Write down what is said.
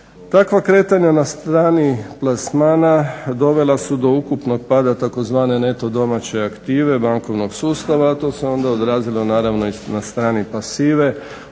Takva kretanja na stani plasmana dovela su do ukupnog pada tzv. neto domaće aktive bankovnog sustav, a to se onda odrazilo naravno i na strani pasive.